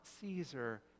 Caesar